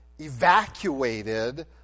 evacuated